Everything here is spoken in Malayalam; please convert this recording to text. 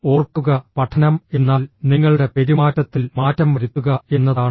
ഓർക്കുക പഠനം എന്നാൽ നിങ്ങളുടെ പെരുമാറ്റത്തിൽ മാറ്റം വരുത്തുക എന്നതാണ്